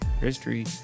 history